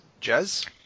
Jazz